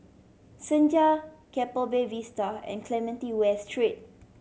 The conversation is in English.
Senja Keppel Bay Vista and Clementi West Street